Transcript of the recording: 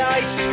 ice